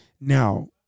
now